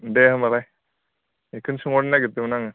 दे होनबालाय बेखौनो सोंहरनो नागिरदोंमोन आङो